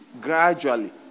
gradually